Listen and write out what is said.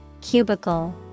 cubicle